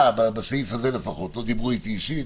בסעיף הזה לפחות לא דיברו אתי אישית,